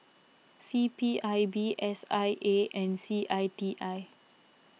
C P I B S I A and C I T I